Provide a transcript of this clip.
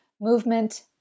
movement